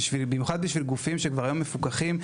במיוחד בשביל גופים שכבר היום מפוקחים,